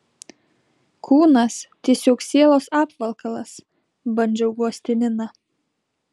kūnas tiesiog sielos apvalkalas bandžiau guosti niną